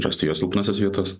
rasti jo silpnąsias vietas